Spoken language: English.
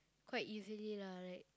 quite easily lah like